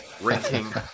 ranking